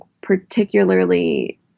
particularly